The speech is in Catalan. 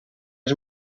els